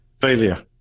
failure